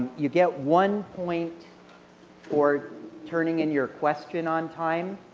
you get one point or turning in your question on time.